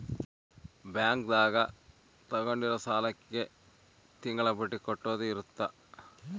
bank ದಾಗ ತಗೊಂಡಿರೋ ಸಾಲಕ್ಕೆ ತಿಂಗಳ ಬಡ್ಡಿ ಕಟ್ಟೋದು ಇರುತ್ತ